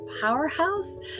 powerhouse